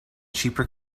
cheaper